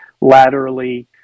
laterally